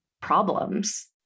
problems